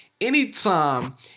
Anytime